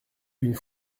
une